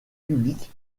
publique